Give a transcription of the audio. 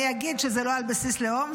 אני אגיד שזה לא על בסיס לאום,